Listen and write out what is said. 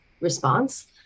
response